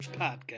Podcast